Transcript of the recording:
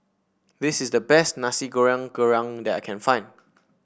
this is the best Nasi Goreng Kerang that I can find